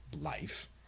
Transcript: life